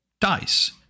dice